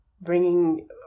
bringing